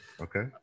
Okay